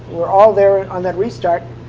were all there on that restart,